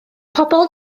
pobl